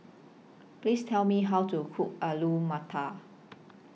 Please Tell Me How to Cook Alu Matar